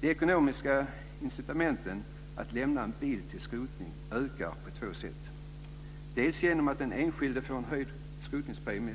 De ekonomiska incitamenten att lämna en bil till skrotning ökar på två sätt, dels genom att den enskilde får en höjd skrotningspremie,